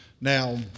Now